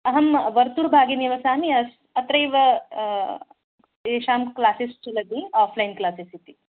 अहं वर्तुूर्भाागे निवसामि अस् अत्रैव एषा क्लासस् चलति आ फ़्लैन् क्लासेस् इति